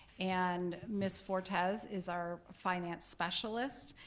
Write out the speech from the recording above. and miss fortes is our finance specialist,